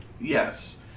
Yes